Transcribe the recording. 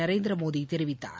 நரேந்திரமோடி தெரிவித்தார்